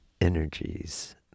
energies